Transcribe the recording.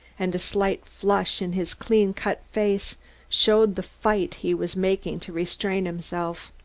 and a slight flush in his clean-cut face showed the fight he was making to restrain himself.